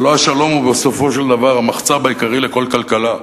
אבל לא השלום הוא בסופו של דבר המחצב העיקרי לכל כלכלה.